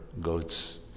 goats